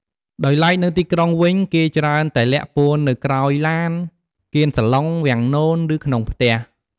ដោយឡែកនៅទីក្រុងវិញ គេច្រើនតែលាក់ពួននៅក្រោយឡាន កៀនសាឡុង វាំងនន ឬ ក្នុងផ្ទះ។